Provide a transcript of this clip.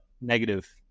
negative